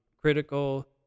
critical